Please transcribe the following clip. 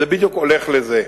זה בדיוק הולך לזה.